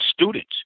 students